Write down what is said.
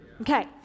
Okay